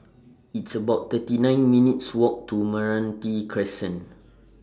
It's about thirty nine minutes' Walk to Meranti Crescent